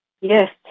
Yes